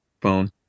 phone